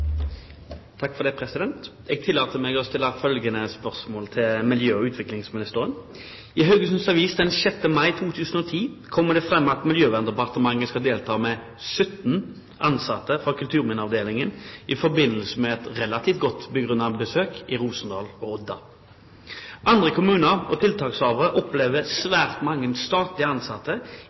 mai 2010 kommer det fram at Miljøverndepartementet skal delta med 17 ansatte fra kulturminneavdelingen i forbindelse med et godt begrunnet besøk i Odda og Rosendal. Andre kommuner og tiltakshavere opplever at svært mange statlige ansatte